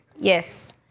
Yes